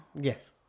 Yes